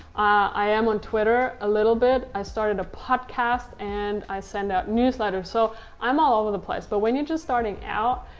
i am on twitter a little bit. i started a podcast and i send out newsletters, so i'm all over the place. but when you're just starting out,